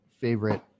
favorite